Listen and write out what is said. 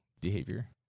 behavior